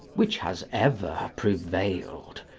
which has ever prevailed,